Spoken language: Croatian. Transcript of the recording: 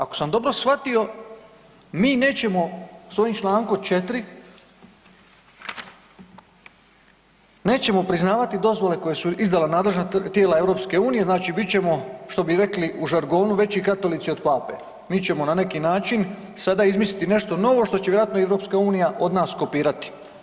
Ako sam dobro shvatio, mi nećemo s ovim čl. 4, nećemo priznavati dozvole koje su izdala nadležna tijela EU, znači bit ćemo, što bi rekli u žargonu veći katolici od pape, mi ćemo na neki način sada izmisliti nešto novo što će vjerojatno EU od nas kopirati.